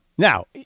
Now